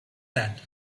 that